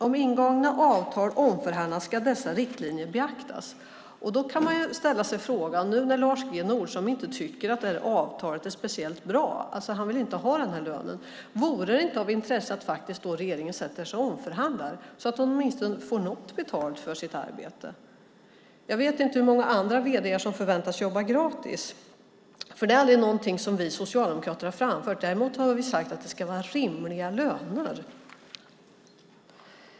Om ingångna avtal omförhandlas ska dessa riktlinjer beaktas. Man kan ställa sig en fråga. Nu när Lars G. Nordström inte tycker att avtalet är speciellt bra och inte vill ha den här lönen - vore det då inte av intresse att regeringen sätter sig och omförhandlar så att han åtminstone får något betalt för sitt arbete? Jag vet inte hur många andra vd:ar som förväntas jobba gratis. Det är någonting som vi socialdemokrater aldrig har framfört. Däremot har vi sagt att det ska vara rimliga löner.